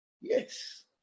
Yes